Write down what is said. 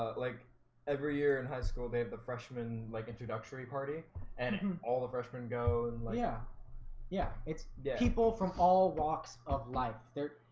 like every year in high school. they have the freshman like introductory party and and all the freshmen go and like yeah yeah, it's people from all walks of life there.